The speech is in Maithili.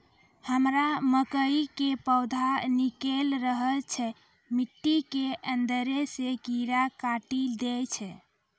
हमरा मकई के पौधा निकैल रहल छै मिट्टी के अंदरे से कीड़ा काटी दै छै?